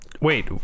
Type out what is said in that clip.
Wait